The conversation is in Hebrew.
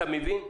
אתה מבין?